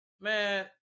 man